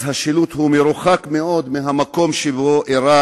אז השילוט מרוחק מאוד מהמקום שבו אירע